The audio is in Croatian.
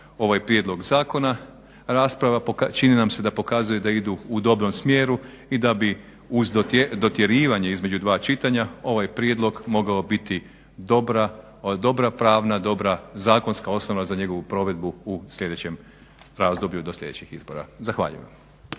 ovaj prijedlog zakona. Rasprava čini nam se da pokazuje da idu u dobrom smjeru i da bi uz dotjerivanje između dva čitanja ovaj prijedlog mogao biti dobra pravna, dobra zakonska osnova za njegovu provedbu u sljedećem razdoblju do sljedećih izbora. Zahvaljujem.